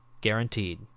Guaranteed